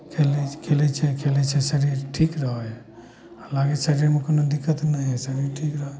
खेलै छै खेले से शरीर ठीक रहऽ हइ हालाँकि शरीरमे कोनो दिक्कत नहि हइ शरीर ठीक रहऽ हइ